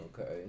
Okay